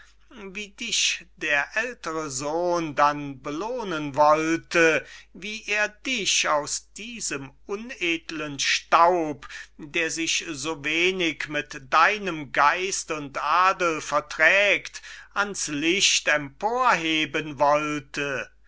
wie dich der ältere sohn dann belohnen wollte wie er dich aus diesem unedlen staub der sich so wenig mit deinem geist und adel verträgt an's licht emporheben wollte